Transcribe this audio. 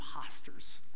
imposters